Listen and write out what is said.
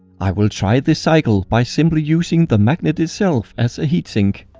i will try this cycle by simply using the magnet itself as a heat sink.